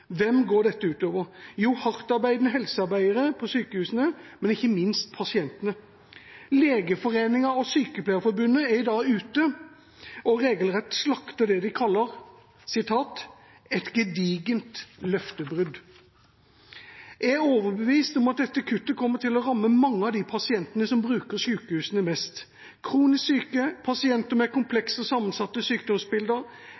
Hvem går dette ut over? Jo, hardtarbeidende helsearbeidere på sykehusene, men ikke minst pasientene. Legeforeningen og Sykepleierforbundet er i dag ute og regelrett slakter det de kaller «et gedigent løftebrudd». Jeg er overbevist om at dette kuttet kommer til å ramme mange av de pasientene som bruker sykehusene mest: kronisk syke, pasienter med